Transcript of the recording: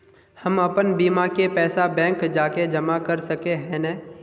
हम अपन बीमा के पैसा बैंक जाके जमा कर सके है नय?